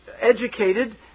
educated